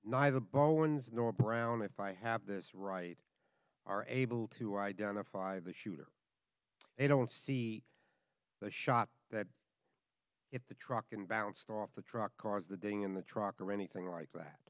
neither ball one's nor brown if i have this right are able to identify the shooter they don't see the shot that if the truck and bounced off the truck cause the dying in the truck or anything like that